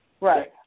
Right